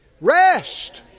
rest